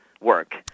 work